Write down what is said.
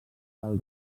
del